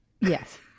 yes